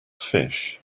fish